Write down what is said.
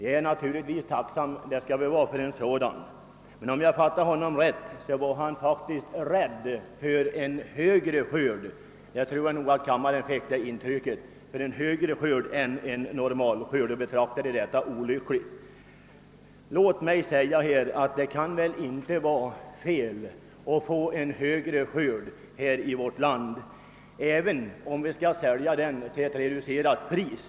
Vi bör naturligtvis vara tacksamma för en sådan. Men om jag fattade jordbruksministern rätt var han rädd för en skörd som är bättre än den normala. Jag tror nog att kammarens ledamöter fick intrycket, att jordbruksministern betraktade en bättre skörd som någonting olyckligt. Men det kan väl inte vara annat än bra om vi får en god skörd, även om vi måste sälja en del av denna till reducerat pris.